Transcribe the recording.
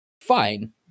fine